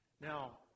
Now